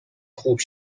خوب